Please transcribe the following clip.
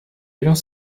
avions